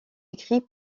écrit